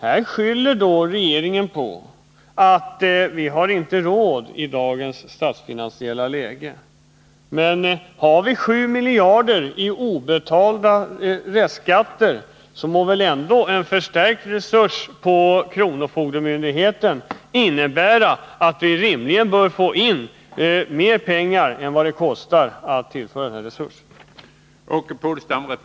Här skyller regeringen på att vi inte har råd med dessa förstärkningar i dagens statsfinansiella läge. Men då vi har 7 miljarder i obetalda restskatter, må en förstärkning av resurserna på kronofogdemyndigheterna rimligen innebära att vi får in mer pengar än vad det kostar att tillföra kronofogdemyndigheterna denna resurs.